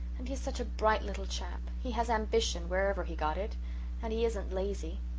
and he is such a bright little chap he has ambition, wherever he got it and he isn't lazy.